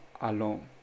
alone